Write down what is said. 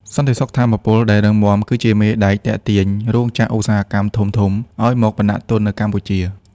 សន្តិសុខថាមពលដែលរឹងមាំគឺជាមេដែកទាក់ទាញរោងចក្រឧស្សាហកម្មធំៗឱ្យមកបណ្ដាក់ទុននៅកម្ពុជា។